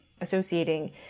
associating